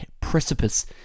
precipice